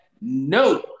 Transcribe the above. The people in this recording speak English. No